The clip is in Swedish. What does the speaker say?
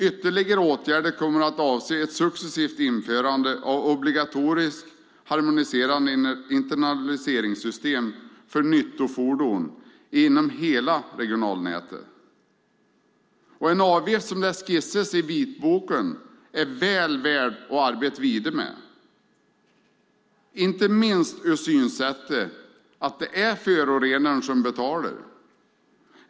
Ytterligare åtgärder kommer att avse ett successivt införande av obligatoriska harmoniserade internaliseringssystem för nyttofordon inom hela det regionala nätet. En avgift som den skisseras i vitboken är väl värd att arbeta vidare med, inte minst ur synsättet att det är förorenaren som betalar.